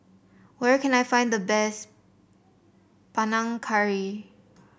where can I find the best Panang Curry